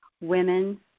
women